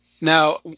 Now